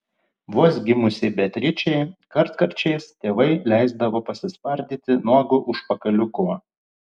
vos gimusiai beatričei kartkarčiais tėvai leisdavo pasispardyti nuogu užpakaliuku